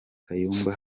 kayumba